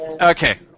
Okay